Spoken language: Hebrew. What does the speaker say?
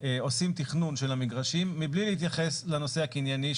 עושים תכנון של המגרשים מבלי להתייחס לנושא הקניני,